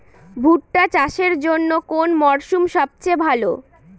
ভুট্টা চাষের জন্যে কোন মরশুম সবচেয়ে ভালো?